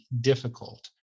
difficult